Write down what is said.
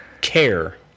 care